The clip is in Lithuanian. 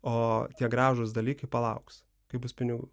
o tie gražūs dalykai palauks kai bus pinigų